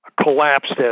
collapsed